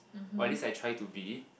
while at least I try to be